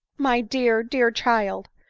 my dear, dear child!